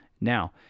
Now